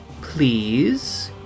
Please